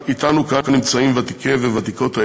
אתנו כאן נמצאים ותיקי וותיקות האצ"ל,